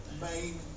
main